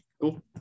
Cool